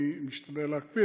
אני משתדל להקפיד,